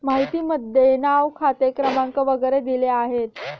माहितीमध्ये नाव खाते क्रमांक वगैरे दिले आहेत